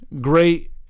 great